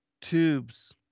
tubes